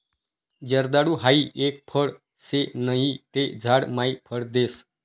जर्दाळु हाई एक फळ शे नहि ते झाड मायी फळ देस